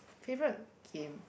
favourite game